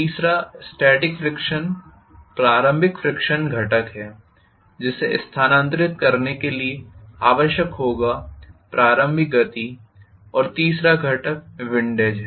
तीसरा स्टॅटिक फ्रीक्षण प्रारंभिक फ्रीक्षण घटक है जिसे स्थानांतरित करने के लिए आवश्यक होगा प्रारंभिक गति और तीसरा घटक विंडेज है